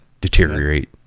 deteriorate